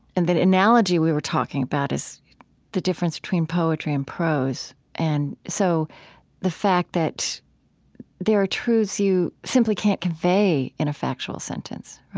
and the analogy we were talking about is the difference between poetry and prose, and so the fact that there are truths you simply can't convey in a factual sentence.